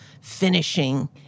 finishing